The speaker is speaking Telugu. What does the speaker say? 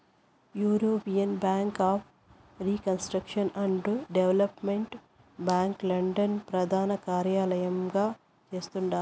European bank for reconstruction and development bank London ప్రదానకార్యలయంగా చేస్తండాలి